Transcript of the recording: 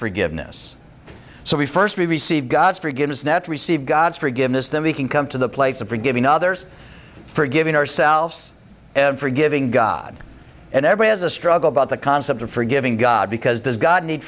forgiveness so we first receive god's forgiveness net receive god's forgiveness then we can come to the place of forgiving others forgiving ourselves and forgiving god and ever has a struggle about the concept of forgiving god because does god need